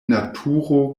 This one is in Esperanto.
naturo